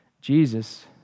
Jesus